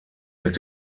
mit